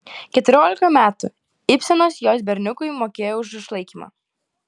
keturiolika metų ibsenas jos berniukui mokėjo už išlaikymą